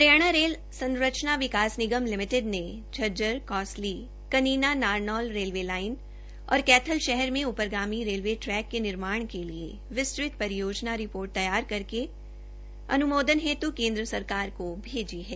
Haryana rail संरचना विकास निगम लिमिटेड ने झज्जर कौसली कनीना नारनौल रेलवे लाइन और कैथर शहर में ऊपरगामी रेलवे ट्रैक के निर्माण के लिए विस्तृत परियोजना रिपोर्ट तैयार करके अन्मोदन हेत् केन्द्र सरकार को भेजी है